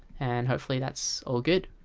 and hopefully that's all good